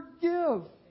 forgive